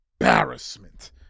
embarrassment